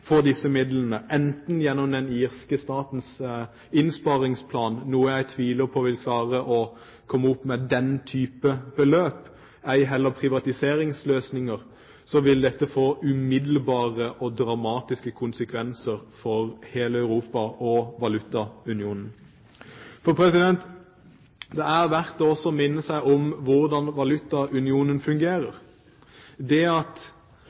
disse midlene – enten gjennom innsparingsplanen til den irske stat, som jeg tviler på vil klare å komme opp med den type beløp, eller gjennom privatiseringsløsninger – vil dette få umiddelbare og dramatiske konsekvenser for hele Europa og valutaunionen. Det er verdt å minne om hvordan valutaunionen fungerer. Det at